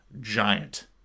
giant